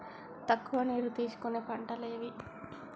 తక్కువ నీరు తీసుకునే పంటలు ఏవి?